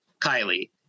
Kylie